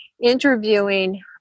interviewing